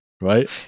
right